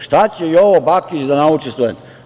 Šta će Jovo Bakić da nauči studente?